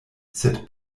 sed